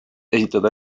esitada